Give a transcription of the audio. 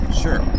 sure